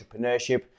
entrepreneurship